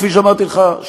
כפי שאמרתי לך,